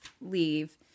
leave